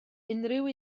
unrhyw